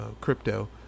crypto